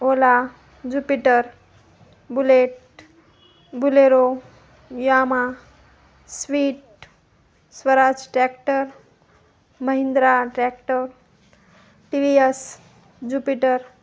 ओला Jupiter Bullet Bolero Yamaha स्वीट Swaraj tractor Mahindra tractor T V S Jupiter